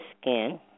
skin